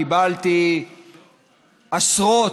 קיבלתי עשרות,